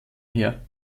her